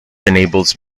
enables